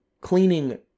cleaning